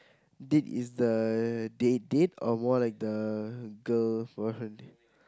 date is the date date or more like the girl go on date